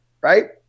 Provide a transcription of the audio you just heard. Right